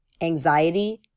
anxiety